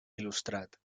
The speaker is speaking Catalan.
il·lustrat